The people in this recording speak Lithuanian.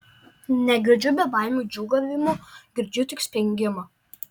negirdžiu bebaimių džiūgavimo girdžiu tik spengimą